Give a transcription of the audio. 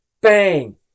bang